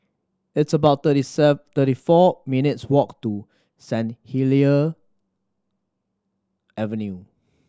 it's about thirty thirty four minutes' walk to Saint Helier Avenue